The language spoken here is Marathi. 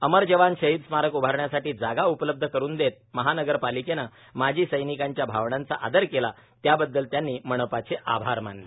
अमर जवान शहीद स्मारक उभारण्यासाठी जागा उपलब्ध करून देत महानगरपालिकेनं माजी सैनिकांच्या भावनांचा आदर केला त्याबददल त्यांनी मनपाचे आभार मानले